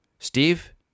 Steve